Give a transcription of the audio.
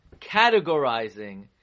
categorizing